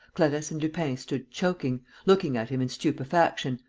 clarisse and lupin stood choking, looking at him in stupefaction,